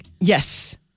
Yes